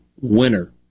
winner